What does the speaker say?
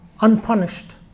unpunished